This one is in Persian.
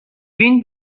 وین